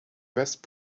west